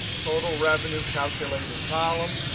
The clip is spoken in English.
total revenue calculated column,